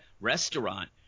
restaurant